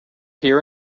hear